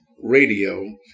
Radio